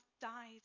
died